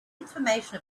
information